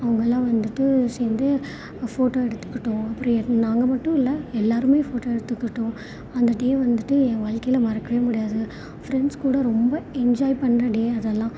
அவங்களான் வந்துவிட்டு சேர்ந்து ஃபோட்டோ எடுத்துகிட்டோம் அப்புறம் நாங்கள் மட்டும் இல்லை எல்லாருமே ஃபோட்டோ எடுத்துகிட்டோம் அந்த டே வந்துவிட்டு என் வாழ்க்கையில மறக்கவே முடியாது ஃப்ரெண்ட்ஸ் கூட ரொம்ப என்ஜாய் பண்ண டே அதெல்லாம்